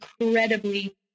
incredibly